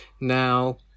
Now